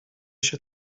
się